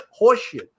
horseshit